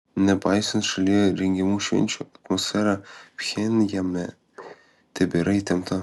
nepaisant šalyje rengiamų švenčių atmosfera pchenjane tebėra įtempta